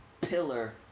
pillar